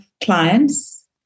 clients